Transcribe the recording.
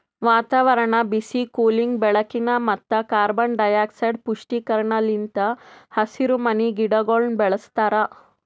ವಾತಾವರಣ, ಬಿಸಿ, ಕೂಲಿಂಗ್, ಬೆಳಕಿನ ಮತ್ತ ಕಾರ್ಬನ್ ಡೈಆಕ್ಸೈಡ್ ಪುಷ್ಟೀಕರಣ ಲಿಂತ್ ಹಸಿರುಮನಿ ಗಿಡಗೊಳನ್ನ ಬೆಳಸ್ತಾರ